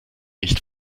nicht